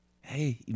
Hey